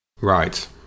Right